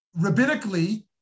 rabbinically